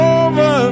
over